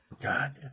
God